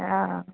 हँ